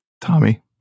Tommy